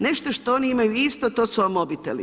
Nešto što oni imaju isto to su vam mobiteli.